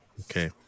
Okay